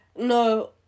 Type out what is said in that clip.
no